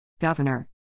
Governor